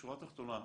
בשורה תחתונה,